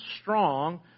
strong